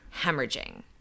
hemorrhaging